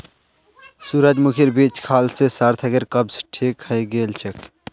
सूरजमुखीर बीज खाल से सार्थकेर कब्ज ठीक हइ गेल छेक